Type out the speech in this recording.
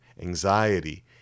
anxiety